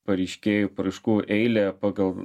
pareiškėjų paraiškų eilę pagal